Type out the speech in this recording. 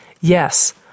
yes